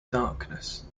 darkness